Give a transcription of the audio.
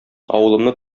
авылымны